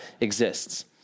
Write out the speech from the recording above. exists